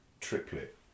triplet